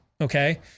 Okay